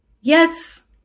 Yes